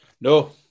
No